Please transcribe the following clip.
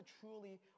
truly